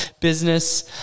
business